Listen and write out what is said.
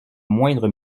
moindre